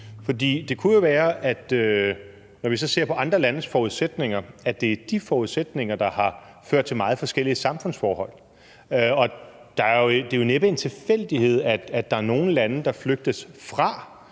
for det kunne jo være, når vi så ser på andre landes forudsætninger, at det er de forudsætninger, der har ført til meget forskellige samfundsforhold. Det er jo næppe en tilfældighed, at der er nogle lande, der flygtes fra,